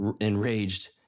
enraged